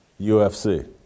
UFC